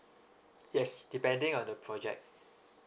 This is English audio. yes depending on the project